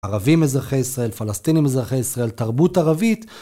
ערבים אזרחי ישראל, פלסטינים אזרחי ישראל, תרבות ערבית.